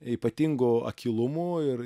ypatingu akylumu ir